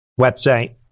website